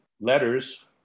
Letters